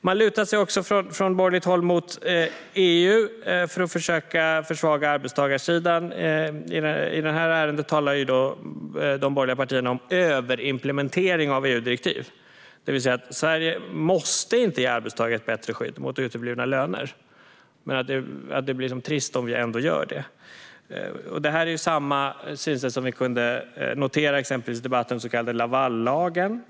Man lutar sig också från borgerligt håll mot EU för att försöka försvaga arbetstagarsidan. I det här ärendet talar de borgerliga partierna om överimplementering av EU-direktiv. Sverige måste inte ge arbetstagare ett bättre skydd mot uteblivna löner, och det blir trist om vi ändå gör det. Det är samma synsätt som vi exempelvis kunde notera i debatten om den så kallade Lavallagen.